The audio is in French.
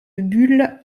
bulle